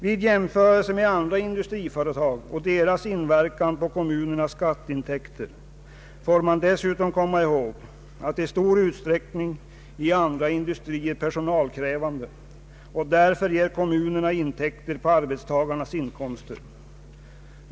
Vid jämförelse med andra industriföretag och deras inverkan på kommunernas skatteintäkter får man dessutom komma ihåg att i stor utsträckning är andra industrier personalkrävande och därför ger kommunerna intäkter på arbetstagarnas inkomster.